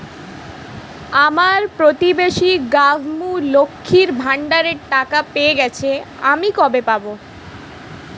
আমার প্রতিবেশী গাঙ্মু, লক্ষ্মীর ভান্ডারের টাকা পেয়ে গেছে, আমি কবে পাব?